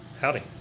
Howdy